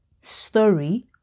story